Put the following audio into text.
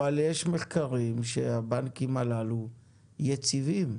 אבל יש מחקרים שהבנקים הללו יציבים,